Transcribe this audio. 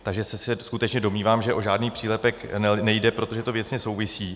Takže se skutečně domnívám, že o žádný přílepek nejde, protože to věcně souvisí.